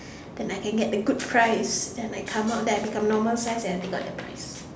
then I can get the good prize then I come out then I become normal size then I take out the prize